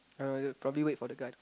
probably wait for the guide